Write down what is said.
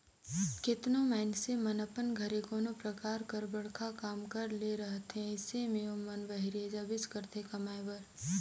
केतनो मइनसे मन अपन घरे कोनो परकार कर बड़खा काम करे ले रहथे अइसे में ओमन बाहिरे जाबेच करथे कमाए बर